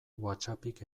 whatsappik